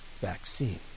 vaccine